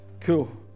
Cool